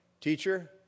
Teacher